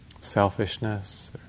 selfishness